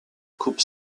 coupe